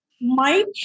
Mike